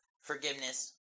forgiveness